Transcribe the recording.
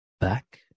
back